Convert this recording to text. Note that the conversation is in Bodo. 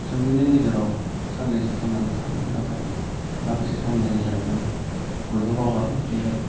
सुबुंनि गेजेराव साननैसो थांनानै थागोन नाथाय माखासे समनि गेजेरावनो बयबो बावगारलांफिनगोन